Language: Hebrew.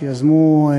שיזמו,